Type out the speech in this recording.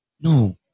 No